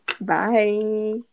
Bye